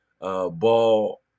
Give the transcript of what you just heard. ball